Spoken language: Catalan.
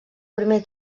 primer